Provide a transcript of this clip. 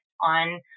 on